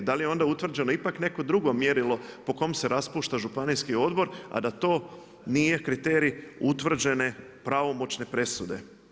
Da li je onda utvrđeno ipak neko drugo mjerilo po kom se raspušta županijski odbor, a da to nije kriterij utvrđene pravomoćne presude?